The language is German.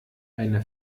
eine